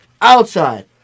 outside